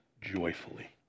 joyfully